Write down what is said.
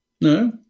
No